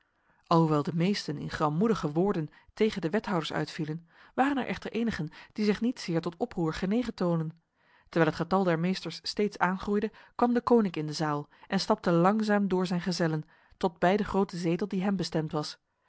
alhoewel de meesten in grammoedige woorden tegen de wethouders uitvielen waren er echter enigen die zich niet zeer tot oproer genegen toonden terwijl het getal der meesters steeds aangroeide kwam deconinck in de zaal en stapte langzaam door zijn gezellen tot bij de grote zetel die hem bestemd was